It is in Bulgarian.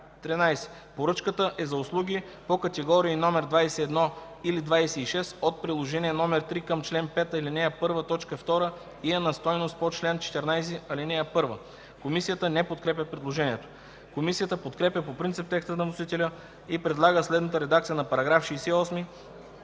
13. поръчката е за услуги по категории № 21 или 26 от Приложение № 3 към чл. 5, ал. 1, т. 2 и е на стойност по чл. 14, ал. 1.” Комисията не подкрепя предложението. Комисията подкрепя по принцип текста на вносителя и предлага следната редакция на § 68,